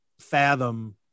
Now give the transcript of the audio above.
fathom